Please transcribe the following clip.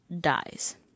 dies